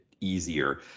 easier